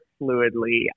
fluidly